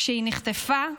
כשהיא נחטפה,